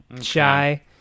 Shy